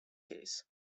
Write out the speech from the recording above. case